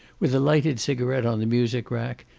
with a lighted cigaret on the music-rack,